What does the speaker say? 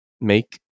make